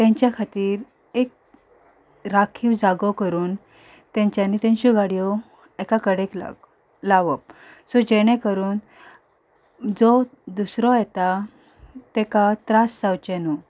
so तांच्या खातीर एक राखीव जागो करून तेंच्यांनी तांच्यो गाडयो एका कडेक लाग लावप सो जेणे करून जो दुसरो येता ताका त्रास जावचे न्हू